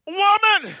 woman